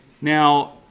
now